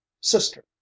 sister